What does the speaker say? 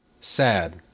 sad